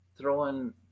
throwing